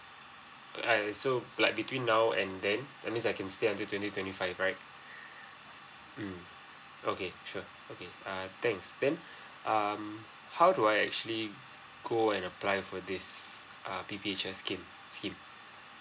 err so like between now and then that means I can stay until twenty twenty five right mm okay sure okay uh thanks then um how do I actually go and apply for this uh P_P_H_S scheme scheme